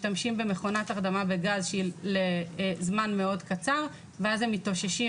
משתמשים במכונת הרדמה בגז שהיא לזמן מאוד קצר והם מתאוששים